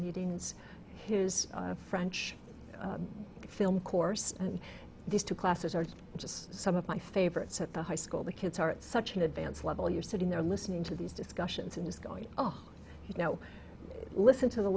meetings his french film course and these two classes are just some of my favorites at the high school the kids are at such an advanced level you're sitting there listening to these discussions and just going oh you know listen to the